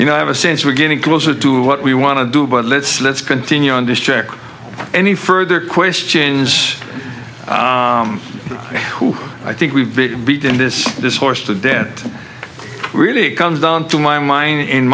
you know i have a sense we're getting closer to what we want to do but let's let's continue on this trip any further questions who i think we've beaten this this horse to death it really comes down to my mind in